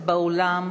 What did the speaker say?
בעד איציק שמולי,